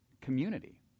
community